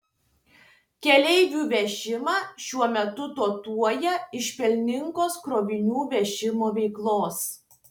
keleivių vežimą šiuo metu dotuoja iš pelningos krovinių vežimo veiklos